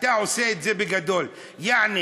אתה עושה את זה בגדול, יעני,